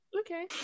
okay